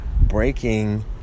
breaking